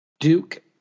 Duke